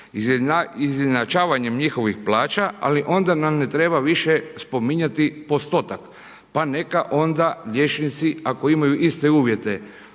izjednačavanjem njihovih plaća, ali onda nam ne treba više spominjati postotak pa neka onda liječnici ako imaju iste uvjete